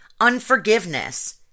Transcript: unforgiveness